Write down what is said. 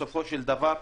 בסופו של דבר,